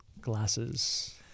Glasses